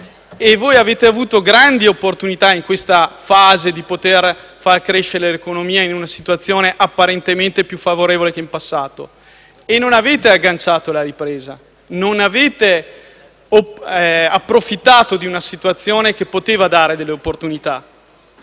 Voi avete avuto grandi opportunità in questa fase di poter far crescere l'economia in una situazione apparentemente più favorevole che in passato. Ma non avete agganciato la ripresa, non avete approfittato di una situazione che poteva dare delle opportunità.